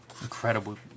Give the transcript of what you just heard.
Incredible